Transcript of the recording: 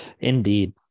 Indeed